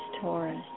Taurus